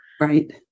right